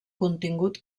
contingut